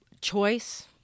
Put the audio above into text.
choice